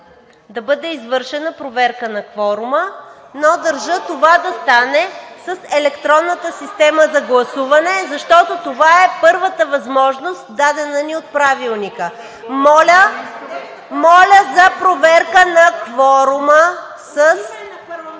да бъде извършена проверка на кворума, но държа това да стане с електронната система за гласуване, защото това е първата възможност, дадена ни от Правилника. Моля за проверка на кворума с…